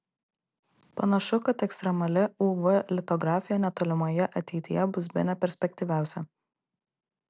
panašu kad ekstremali uv litografija netolimoje ateityje bus bene perspektyviausia